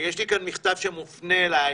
יש כאן מכתב שאני מפנה אלייך.